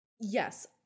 Yes